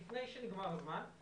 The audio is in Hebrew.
לפני שנגמר הזמן,